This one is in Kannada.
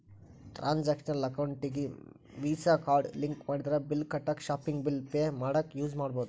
ಟ್ರಾನ್ಸಾಕ್ಷನಲ್ ಅಕೌಂಟಿಗಿ ವೇಸಾ ಕಾರ್ಡ್ ಲಿಂಕ್ ಮಾಡಿದ್ರ ಬಿಲ್ ಕಟ್ಟಾಕ ಶಾಪಿಂಗ್ ಬಿಲ್ ಪೆ ಮಾಡಾಕ ಯೂಸ್ ಮಾಡಬೋದು